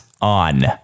on